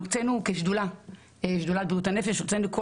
כשדולת בריאות הנפש גם הוצאנו,